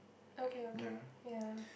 okay okay ya